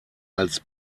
als